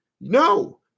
No